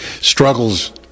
struggles